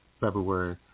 February